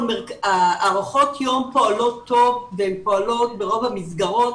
הארכות היום פועלות טוב ופועלות ברוב המסגרות,